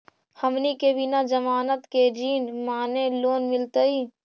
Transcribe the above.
हमनी के बिना जमानत के ऋण माने लोन मिलतई?